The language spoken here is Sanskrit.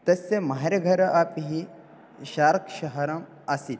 तस्य महर्घर अपि शार्क् शहरम् आसीत्